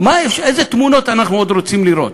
איזה תמונות אנחנו עוד רוצים לראות?